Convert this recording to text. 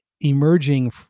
emerging